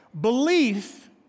Belief